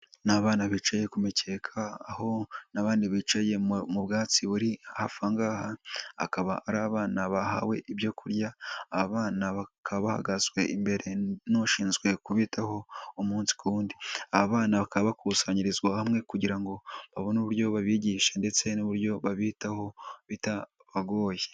Ni abana bicaye ku makeka aho n'abandi bicaye mu bwatsi buri hafi aha ngaha, akaba ari abana bahawe ibyo kurya abana bakaba bahagazwe imbere n'ushinzwe kubitaho umunsi ku wundi. Abana bakabakusanyirizwa hamwe kugira ngo babone uburyo babigisha ndetse n'uburyo babitaho bitabagoye.